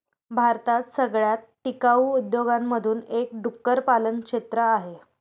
भारतात सगळ्यात टिकाऊ उद्योगांमधून एक डुक्कर पालन क्षेत्र आहे